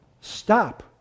stop